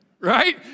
right